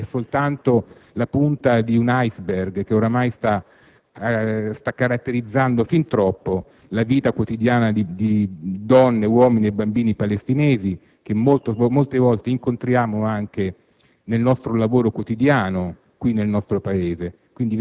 né soltanto fermarci a questa ultima strage, la punta di un *iceberg* che sta caratterizzando fin troppo la vita quotidiana di donne, uomini e bambini palestinesi che molte volte incontriamo anche